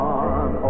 on